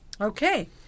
Okay